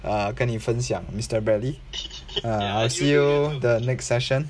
uh 跟你分享 mister bradley err I'll see you the next session